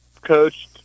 coached